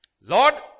Lord